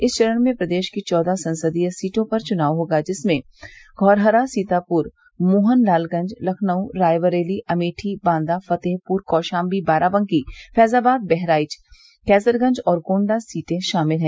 इस चरण में प्रदेश की चौदह संसदीय सीटों पर चुनाव होगा जिसमें धौरहरा सीतापुर मोहनलालगंज लखनऊ रायबरेली अमेठी बांदा फतेहपुर कौशाम्बी बाराबंकी फैजाबाद बहराइच कैसरगंज और गोण्डा सीटें शामिल हैं